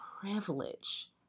privilege